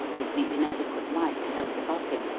with the inadequate light held above him,